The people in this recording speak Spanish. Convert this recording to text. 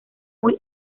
muy